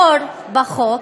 חור בחוק,